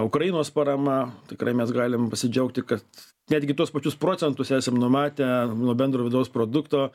ukrainos parama tikrai mes galim pasidžiaugti kad netgi tuos pačius procentus esam numatę nuo bendro vidaus produkto